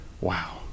Wow